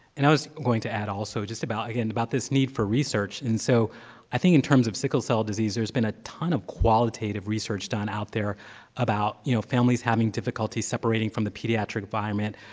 and i was going to add, also, just about, again, about this need for research. and so i think in terms of sickle cell disease, there's been a ton of qualitative research done out there about, you know, families having difficulty separating from the pediatric environment,